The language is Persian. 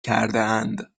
کردهاند